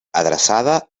adreçada